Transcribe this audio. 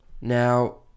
Now